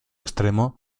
extremo